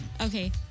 Okay